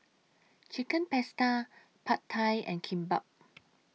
Chicken Pasta Pad Thai and Kimbap